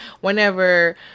whenever